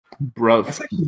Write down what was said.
Brother